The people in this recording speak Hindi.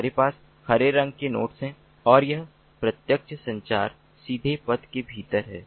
हमारे पास हरे रंग के नोड्स हैं और यह प्रत्यक्ष संचार सीधे पथ के भीतर है